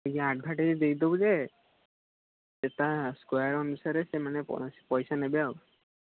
ଆଜ୍ଞା ଆଡଭାଟାଇଜ୍ ଦେଇଦେବୁ ଯେ ସେଟା ସ୍କୋୟାର୍ ଅନୁସାରେ ସେମାନେ ପଇସା ନେବେ ଆଉ